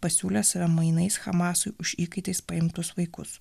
pasiūlė save mainais hamasui už įkaitais paimtus vaikus